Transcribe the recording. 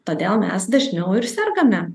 todėl mes dažniau ir sergame